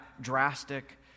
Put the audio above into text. drastic